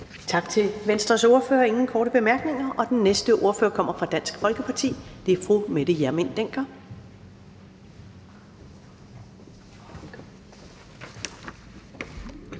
Tak til Venstres ordfører. Der er ingen korte bemærkninger. Den næste ordfører kommer fra Dansk Folkeparti, og det er fru Mette Hjermind Dencker.